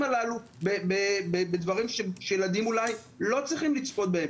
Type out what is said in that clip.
הללו בדברים שילדים אולי לא צריכים לצפות בהם.